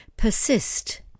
Persist